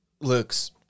looks